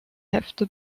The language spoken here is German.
hefte